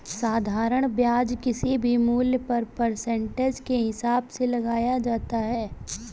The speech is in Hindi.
साधारण ब्याज किसी भी मूल्य पर परसेंटेज के हिसाब से लगाया जाता है